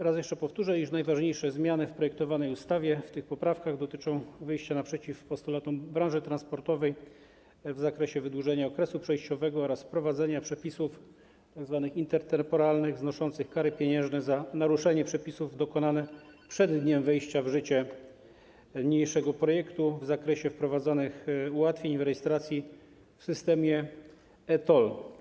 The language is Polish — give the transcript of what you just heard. Raz jeszcze powtórzę, iż najważniejsze zmiany w projektowanej ustawie proponowane w tych poprawkach dotyczą wyjścia naprzeciw postulatom branży transportowej w zakresie wydłużenia okresu przejściowego oraz wprowadzenia tzw. przepisów intertemporalnych znoszących kary pieniężne za naruszenie przepisów dokonane przed dniem wejścia w życie niniejszego projektu i w zakresie wprowadzanych ułatwień dotyczących rejestracji w systemie e-TOLL.